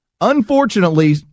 Unfortunately